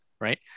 right